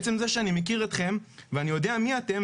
עצם זה שאני מכיר אתכם ויודע מי אתם,